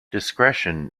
discretion